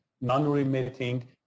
non-remitting